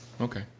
Okay